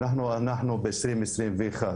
ואנחנו ב-2021.